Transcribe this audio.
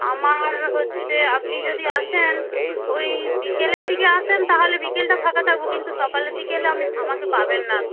আমার হচ্ছে আপনি যদি আসেন ওই বিকেলের দিকে আসেন তাহলে বিকেলটা ফাঁকা থাকবো কিন্তু সকালের দিকে এলে আমি আমাকে পাবেন না আপনি